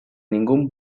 ningún